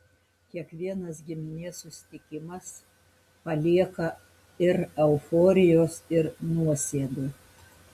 kiekvienas giminės susitikimas palieka ir euforijos ir nuosėdų